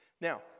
Now